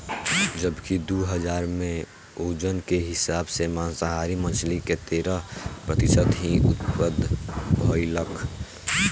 जबकि दू हज़ार में ओजन के हिसाब से मांसाहारी मछली के तेरह प्रतिशत ही उत्तपद भईलख